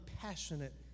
passionate